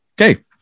Okay